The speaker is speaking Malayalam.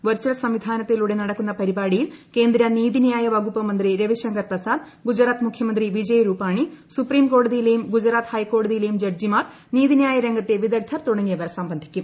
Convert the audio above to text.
വെർച്ചൽ സംവാദ സംവിധാനത്തിലൂടെ നടക്കുന്ന പരിപാടിയിൽ കേന്ദ്ര നീതിന്യായ വകുപ്പ് മന്ത്രി രവിശങ്കർ പ്രസാദ് ഗുജറാത്ത് മുഖ്യമന്ത്രി വിജയ് രൂപാണി ്സുപ്രീം കോടതിയിലെയും ഗുജറാത്ത് ഹൈക്കോടതിയിലെയും ജഡ്ജിമാർ നീതിന്യായ രംഗത്തെ വിദഗ്ധർ തുടങ്ങിയവർ സംബന്ധിക്കും